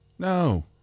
No